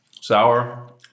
sour